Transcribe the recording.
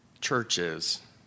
churches